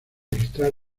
registrar